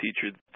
teacher